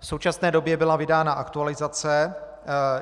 V současné době byla vydána aktualizace